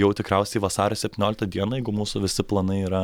jau tikriausiai vasario septynioliktą dieną jeigu mūsų visi planai yra